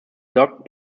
duck